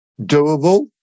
doable